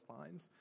lines